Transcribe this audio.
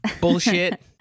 bullshit